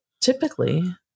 Typically